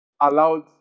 allowed